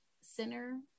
center